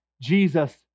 Jesus